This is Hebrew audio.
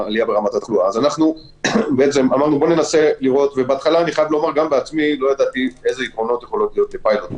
בהתחלה לא ידעתי איזה יתרונות יכולים להיות לפיילוט,